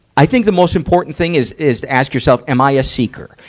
i think the most important thing is, is to ask yourself, am i a seeker?